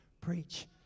preach